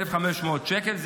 1,500 שקל.